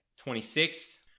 26th